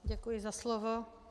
Děkuji za slovo.